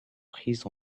prises